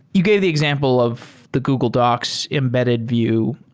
you gave the example of the google docs embedded view,